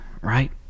right